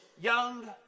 young